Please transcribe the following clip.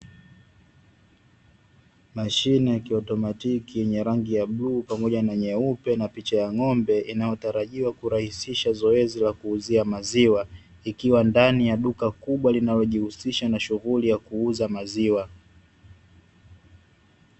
Mashine ya ki automatiki yenye rangi ya blue pamoja na nyeupe na picha ya ng'ombe, inayotarajiwa kurahisisha zoezi la kuuzia maziwa ikiwa ndani ya duka kubwa, linalojihusisha na shughuli ya kuuza maziwa.